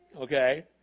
Okay